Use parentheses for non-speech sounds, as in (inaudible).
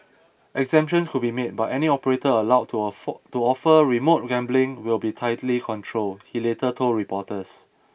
exemptions could be made but any operator allowed to (unintelligible) to offer remote gambling will be tightly controlled he later told reporters